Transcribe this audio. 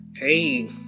Hey